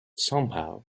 somehow